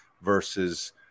versus